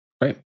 Right